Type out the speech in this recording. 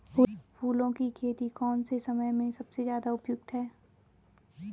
फूलों की खेती कौन से समय में सबसे ज़्यादा उपयुक्त है?